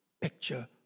picture